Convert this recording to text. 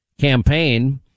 campaign